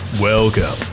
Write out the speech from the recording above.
Welcome